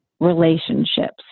Relationships